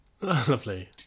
Lovely